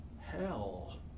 Hell